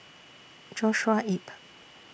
Joshua Ip